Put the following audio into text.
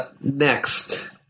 next